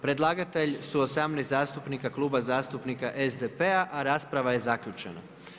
Predlagatelj su 18 zastupnika, Kluba zastupnika SDP-a a rasprava je zaključena.